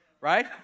right